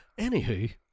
anywho